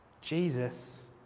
Jesus